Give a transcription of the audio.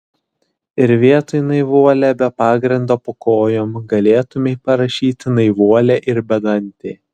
ir vietoj naivuolė be pagrindo po kojom galėtumei parašyti naivuolė ir bedantė